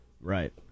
Right